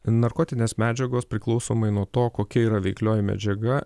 narkotinės medžiagos priklausomai nuo to kokia yra veiklioji medžiaga